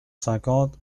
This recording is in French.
cinquante